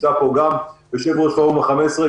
נמצא פה גם יושב-ראש פורום ה-15,